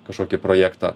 kažkokį projektą